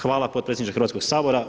Hvala potpredsjedniče Hrvatskog sabora.